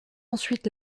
ensuite